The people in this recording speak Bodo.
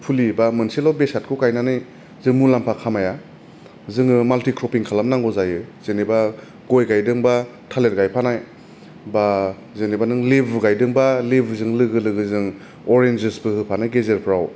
फुलि बा मोनसेल' बेसादखौ गायनानै जों मुलाम्फा खामाया जोङो माल्टि क्रपिंक खालाम नांगौ जायो जेन'बा गय गायदोंबा थालिर गायफानाय बा जेन'बा नों लेबु गायदोंबा लेबुजों लोगो लोगोनो अरेनजेसफोर होफानाय गेजेरफ्राव